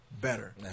better